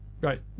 right